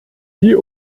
die